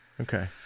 Okay